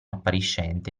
appariscente